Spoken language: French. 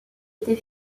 était